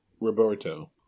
Roberto